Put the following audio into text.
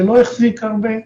זה לא החזיק הרבה,